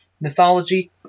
mythology